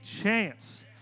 chance